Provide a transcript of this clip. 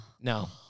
No